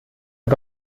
der